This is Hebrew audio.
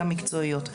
גם מקצועיות.